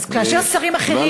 אז כאשר שרים אחרים,